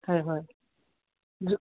হয় হয়